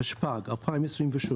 התשפ"ג-2023